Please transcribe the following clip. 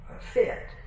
fit